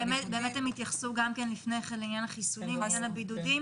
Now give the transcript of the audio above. הם התייחסו לפני כן לעניין החיסונים והבידודים